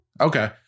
Okay